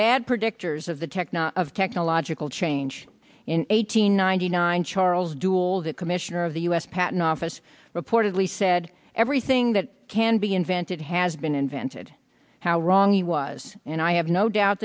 bad predictors of the tech not of technological change in eight hundred ninety nine charles dools it commissioner of the u s patent office reportedly said everything that can be invented has been invented how wrong he was and i have no doubt